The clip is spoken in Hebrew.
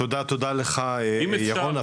תודה לך ירון.